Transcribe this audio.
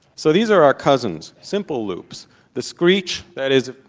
so these are our cousins, simple loops the screech, that is,